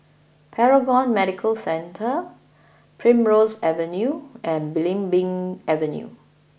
Paragon Medical Centre Primrose Avenue and Belimbing Avenue